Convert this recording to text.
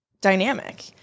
dynamic